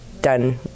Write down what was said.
done